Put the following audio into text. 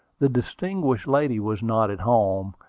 the distinguished lady was not at home,